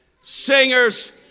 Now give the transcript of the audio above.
Singers